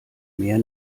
mehr